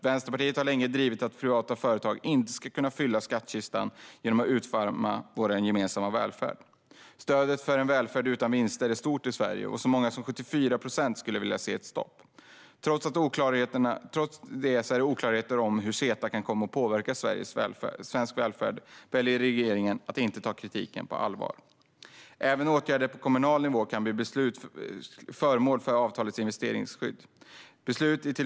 Vänsterpartiet har länge drivit att privata företag inte ska kunna fylla skattkistan genom att utarma vår gemensamma välfärd. Stödet för en välfärd utan vinster är stort i Sverige, och så många som 74 procent skulle vilja se ett stopp. Trots oklarheter om hur CETA kan komma att påverka svensk välfärd väljer regeringen att inte ta kritiken på allvar. Även åtgärder på kommunal nivå kan bli föremål för avtalets investeringsskydd.